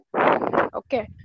Okay